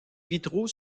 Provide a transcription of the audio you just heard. vitraux